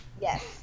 yes